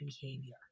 behavior